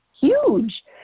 huge